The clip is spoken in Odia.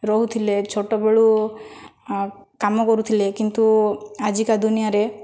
ରହୁଥିଲେ ଛୋଟବେଳୁ କାମ କରୁଥିଲେ କିନ୍ତୁ ଆଜିକା ଦୁନିଆରେ